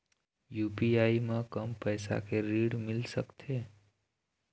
UPI म कम पैसा के ऋण मिल सकथे?